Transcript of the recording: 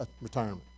retirement